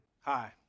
Hi